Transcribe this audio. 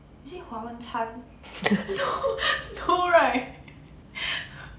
is it 华文餐 no no right